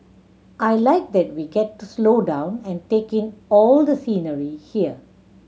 I like that we get to slow down and take in all the scenery here